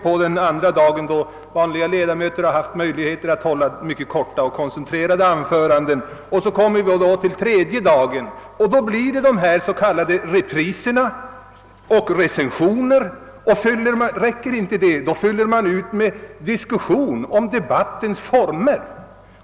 På den andra dagen har de vanliga ledamöterna haft möjligheter att hålla mycket korta och koncentrerade anföranden, och på den tredje dagen är det de s.k. repriserna och recensionerna. Om detta inte räcker fyller man ut med diskussion om debattens former.